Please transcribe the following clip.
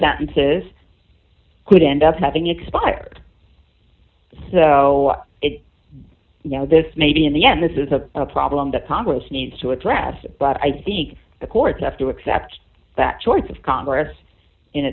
sentences could end up having expired so you know this maybe in the end this is a problem that congress needs to address but i think the courts have to accept that choice of congress and